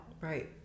Right